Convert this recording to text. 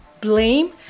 blame